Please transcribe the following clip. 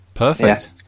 perfect